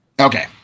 Okay